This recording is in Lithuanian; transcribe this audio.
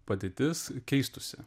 padėtis keistųsi